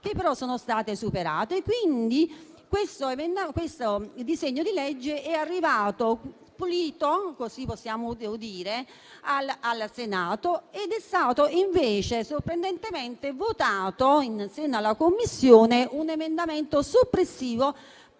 comunque sono state superate. Questo disegno di legge è arrivato pulito (così possiamo dire) al Senato ed è stato invece sorprendentemente votato, in seno alla Commissione, un emendamento soppressivo